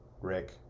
Rick